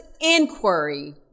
inquiry